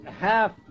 half